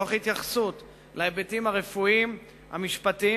תוך התייחסות להיבטים הרפואיים והמשפטיים